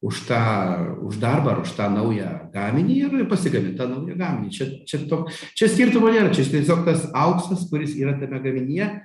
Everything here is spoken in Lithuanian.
už tą už darbą ar už tą naują gaminį ir pasigamint tą naują gaminį čia čia toks čia skirtumo nėra čia tiesiog tas auksas kuris yra tame gaminyje